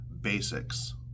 basics